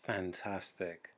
Fantastic